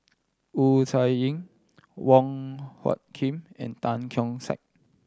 Wu Tsai Yen Wong Hung Khim and Tan Keong Saik